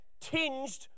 tinged